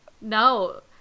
no